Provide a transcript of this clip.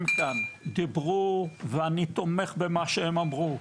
כאן דיברו ואני תומך במה שהם אמרו,